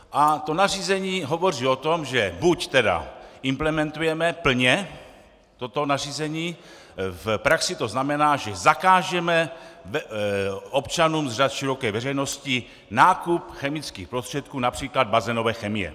Toto nařízení hovoří o tom, že buď implementujeme plně toto nařízení v praxi to znamená, že zakážeme občanům z řad široké veřejnosti nákup chemických prostředků, například bazénové chemie.